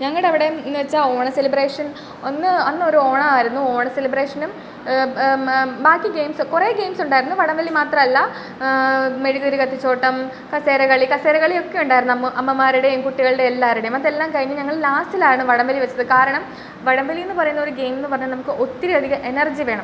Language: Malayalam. ഞങ്ങളുടെ അവിടെ എന്ന് വെച്ചാൽ ഓണം സെലിബ്രേഷൻ അന്ന് അന്ന് ഒരോണം ആയിരുന്നു ഓണം സെലിബ്രേഷനും ബാക്കി ഗെയിംസ് കുറെ ഗെയിംസ് ഉണ്ടായിരുന്നു വടം വലി മാത്രമല്ല മെഴുക് തിരി കത്തിച്ചോട്ടം കസേര കളി കസേര കളിയൊക്കെ ഉണ്ടായിരുന്നു അമ്മു അമ്മമാരുടേം കുട്ടികൾടേം എല്ലാരുടേം അതെല്ലാം കഴിഞ്ഞ് ഞങ്ങൾ ലാസ്റ്റിലാണ് വടം വലി വെച്ചത് കാരണം വടം വലീന്ന് പറയുന്ന ഒരു ഗെയിം എന്ന് പറഞ്ഞാൽ നമുക്ക് ഒത്തിരി അധികം എനർജി വേണം